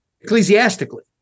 Ecclesiastically